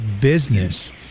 business